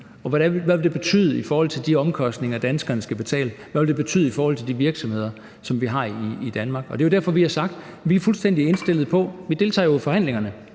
hvad det vil betyde i forhold til de omkostninger, danskerne skal betale, hvad det vil betyde for de virksomheder, som vi har i Danmark. Det er derfor, vi har sagt, at vi er fuldstændig indstillet på – vi deltager jo i forhandlingerne